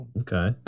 Okay